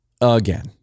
again